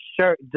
shirt